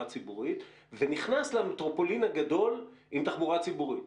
ציבורית ונכנס למטרופולין הגדול עם תחבורה ציבורית,